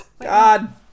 God